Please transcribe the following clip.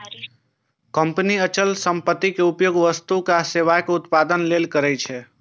company अचल संपत्तिक उपयोग वस्तु आ सेवाक उत्पादन लेल करै छै